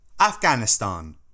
Afghanistan